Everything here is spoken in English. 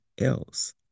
else